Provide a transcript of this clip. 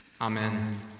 Amen